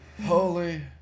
holy